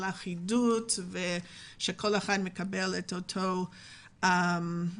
אחידות ולוודא שכל אחד מקבל את אותו השירות.